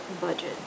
budget